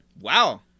Wow